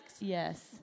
Yes